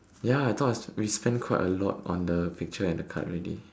ya I thought I we spent quite a lot on the picture and the card already